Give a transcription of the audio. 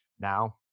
Now